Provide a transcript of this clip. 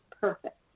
perfect